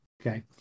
Okay